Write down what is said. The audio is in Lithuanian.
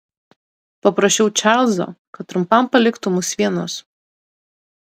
paprašiau čarlzo kad trumpam paliktų mus vienus